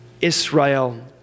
Israel